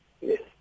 Yes